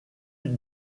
eut